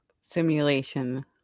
simulation